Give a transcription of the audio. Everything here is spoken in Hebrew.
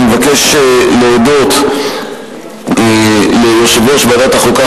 אני מבקש להודות ליושב-ראש ועדת החוקה,